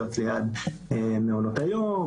להיות ליד מעונות היום,